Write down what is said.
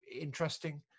interesting